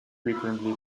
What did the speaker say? frequently